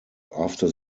after